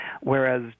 Whereas